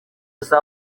saa